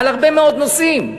על הרבה מאוד נושאים: